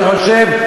אני חושב,